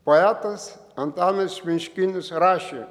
poetas antanas miškinis rašė